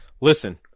listen